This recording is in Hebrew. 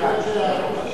אחרי,